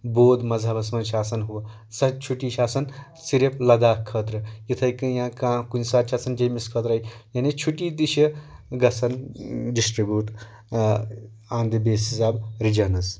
بود مذہَبَس منٛز چھِ آسان ہُہ سۄ تہِ چُھٹی چھِ آسان صِرف لداخہٕ خٲطرٕ یِتھَے کٔنۍ یا کانٛہہ کُنہِ ساتہٕ چھِ آسان جیٚمِس خٲطرَے یعنی چُھٹی تہ چھِ گژھان distribute on the basis of regions